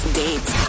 dates